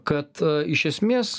kad iš esmės